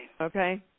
Okay